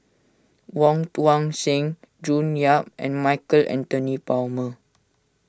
Wong Tuang Seng June Yap and Michael Anthony Palmer